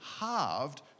halved